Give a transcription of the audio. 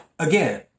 Again